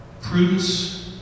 prudence